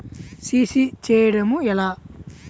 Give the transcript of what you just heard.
CC చేయడము ఎలా?